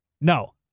No